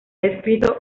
descrito